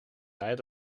tijd